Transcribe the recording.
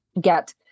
get –